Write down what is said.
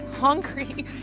hungry